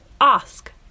Ask